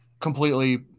completely